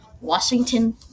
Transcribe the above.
Washington